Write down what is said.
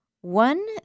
One